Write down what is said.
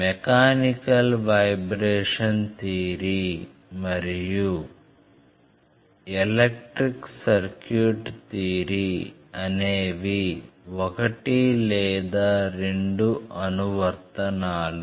mechanical vibration theory మరియు electric circuit theory అనేవి ఒకటి లేదా రెండు అనువర్తనాలు